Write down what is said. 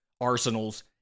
arsenals